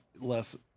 less